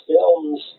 films